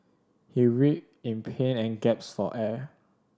he read in pain and gasped for air